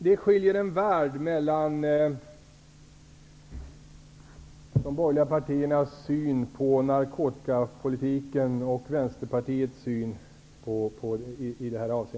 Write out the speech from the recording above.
Herr talman! Det är en värld som skiljer de borgerliga partiernas syn på narkotikapolitiken och Vänsterpartiets syn.